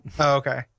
okay